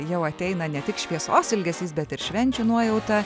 jau ateina ne tik šviesos ilgesys bet ir švenčių nuojauta